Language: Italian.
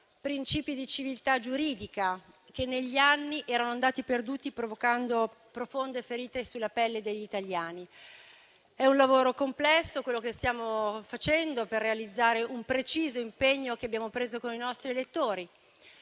principi di civiltà giuridica, che negli anni erano andati perduti provocando profonde ferite sulla pelle degli italiani. Quello che stiamo facendo è un lavoro complesso per realizzare un preciso impegno che abbiamo preso con i nostri elettori.